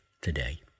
today